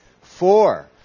four